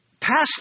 past